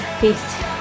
Peace